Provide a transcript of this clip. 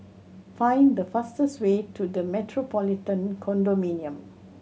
find the fastest way to The Metropolitan Condominium